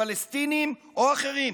פלסטינים או אחרים.